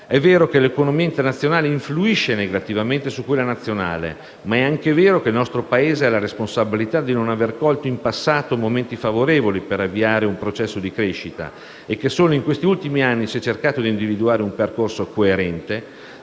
È vero che l'economia internazionale influisce negativamente su quella nazionale, ma è anche vero che il nostro Paese ha la responsabilità di non aver colto in passato momenti favorevoli per avviare un processo di crescita e che solo in questi ultimi anni si è cercato di individuare un percorso coerente